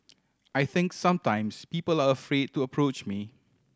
I think sometimes people are afraid to approach me